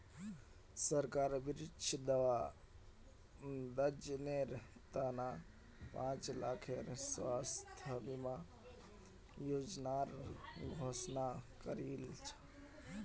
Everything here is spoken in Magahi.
सरकार वृद्धजनेर त न पांच लाखेर स्वास्थ बीमा योजनार घोषणा करील छ